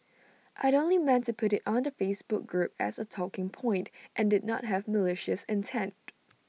I'd only meant to put IT on the Facebook group as A talking point and did not have malicious intent